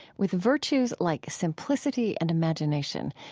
with virtues like simplicity and imagination,